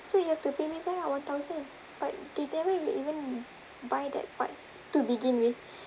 so you have to pay me back ah one thousand but they never really even buy that part to begin with